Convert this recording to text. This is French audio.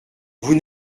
vous